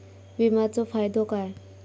विमाचो फायदो काय?